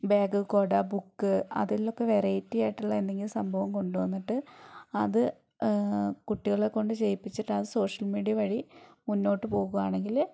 bag കൊട book അതിലൊക്കെ വെറൈറ്റിയായിട്ടുള്ള എന്തെങ്കിലും സംഭവം കൊണ്ടുവന്നിട്ട് അത് കുട്ടികളെ കൊണ്ട് ചെയ്യിപ്പിച്ചിട്ട് അത് സോഷ്യൽ മീഡിയ വഴി മുന്നോട്ടു പോകുവാണെങ്കില്